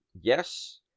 yes